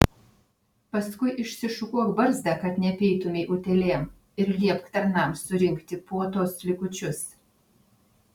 paskui išsišukuok barzdą kad neapeitumei utėlėm ir liepk tarnams surinkti puotos likučius